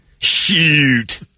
Shoot